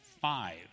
five